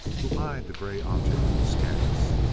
who eyed the gray object askance.